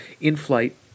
in-flight